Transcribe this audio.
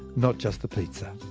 not just the pizza.